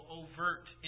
overt